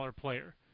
player